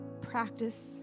practice